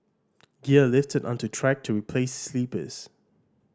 gear lifted unto track to replace sleepers